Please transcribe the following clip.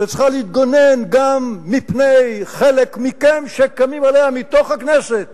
וצריכה להתגונן גם מפני חלק מכם שקמים עליה מתוך הכנסת